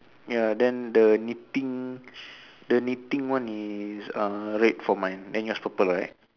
ya then the knitting the knitting one is err red for mine then yours purple right